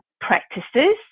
practices